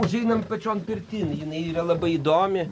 užeinam pačion pirtin jinai yra labai įdomi